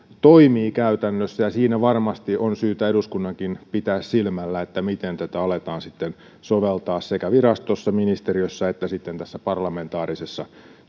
toimii käytännössä ja siinä varmasti on syytä eduskunnankin pitää silmällä miten tätä aletaan sitten soveltaa sekä virastossa ministeriössä että sitten tässä parlamentaarisessa